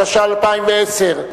התש"ע 2010,